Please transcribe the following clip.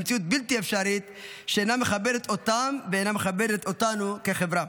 במציאות בלתי אפשרית שאינה מכבדת אותם ואינה מכבדת אותנו כחברה.